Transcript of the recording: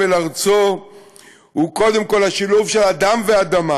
אל ארצו הוא קודם כול השילוב של אדם ואדמה,